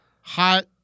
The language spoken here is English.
hot